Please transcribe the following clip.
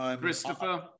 Christopher